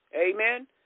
Amen